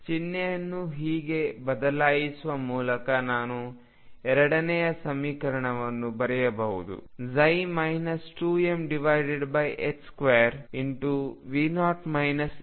ಚಿಹ್ನೆಯನ್ನು ಹೀಗೆ ಬದಲಾಯಿಸುವ ಮೂಲಕ ನಾನು ಎರಡನೇ ಸಮೀಕರಣವನ್ನು ಬರೆಯಬಹುದು 2m2ψ0